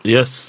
Yes